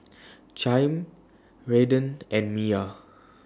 Chaim Redden and Miya